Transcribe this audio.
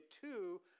two